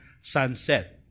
sunset